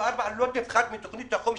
2024 לא תפחת מתוכנית החומש